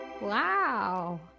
wow